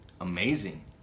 amazing